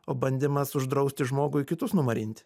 o bandymas uždrausti žmogui kitus numarinti